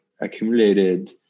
accumulated